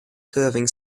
curving